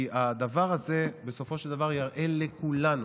כי הדבר הזה בסופו של דבר יראה לכולנו,